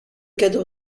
cadre